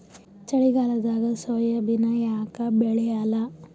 ಚಳಿಗಾಲದಾಗ ಸೋಯಾಬಿನ ಯಾಕ ಬೆಳ್ಯಾಲ?